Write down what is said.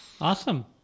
Awesome